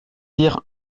dire